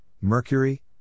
Mercury